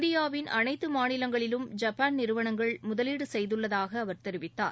இந்தியாவின் அனைத்து மாநிலங்களிலும் ஜப்பான் நிறுவனங்கள் முதலீடு செய்துள்ளதாக அவர் தெரிவித்தார்